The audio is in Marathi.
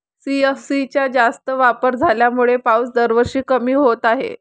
सी.एफ.सी चा जास्त वापर झाल्यामुळे पाऊस दरवर्षी कमी होत आहे